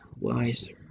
wiser